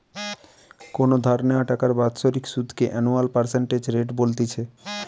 কোনো ধার নেওয়া টাকার বাৎসরিক সুধ কে অ্যানুয়াল পার্সেন্টেজ রেট বলতিছে